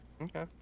Okay